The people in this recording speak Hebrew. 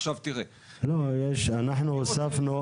אנחנו הוספנו.